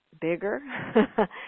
bigger